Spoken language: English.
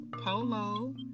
Polo